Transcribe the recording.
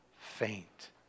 faint